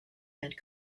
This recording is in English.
and